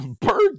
bird